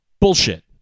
Bullshit